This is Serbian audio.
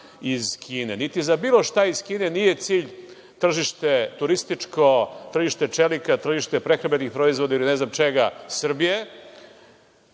iz Kine, niti za bilo šta iz Kine, nije cilj tržište turističko, tržište čelika, tržište prehrambenih proizvoda, ili tržište ne znam čega Srbije,